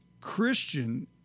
Christian